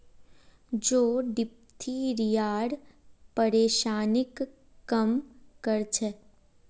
जौ डिप्थिरियार परेशानीक कम कर छेक